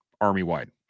army-wide